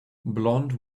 blond